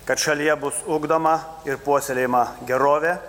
kad šalyje bus ugdoma ir puoselėjama gerovė